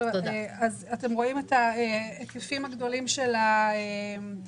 אתם רואים את ההיקפים הגדולים של אזורי